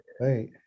Right